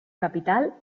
capital